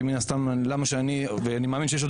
כי מן הסתם למה שאני ואני מאמין שיש עוד